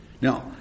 Now